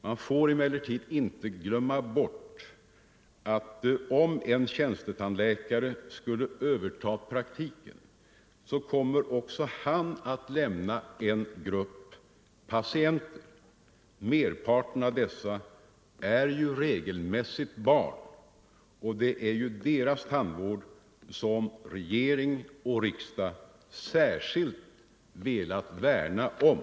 Man får emellertid inte glömma bort att om en tjänsteläkare skulle överta praktiken, så kommer också han att lämna en grupp patienter. Merparten av dessa är i regel barn, och det är deras tandvård som regering och riksdag särskilt velat värna om.